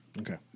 Okay